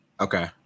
okay